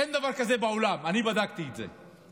אין דבר כזה בעולם, אני בדקתי את זה.